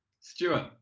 Stuart